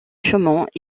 chaumont